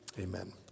Amen